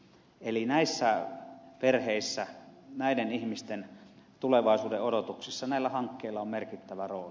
eli näissä perheissä näiden ihmisten tulevaisuudenodotuksissa näillä hankkeilla on merkittävä rooli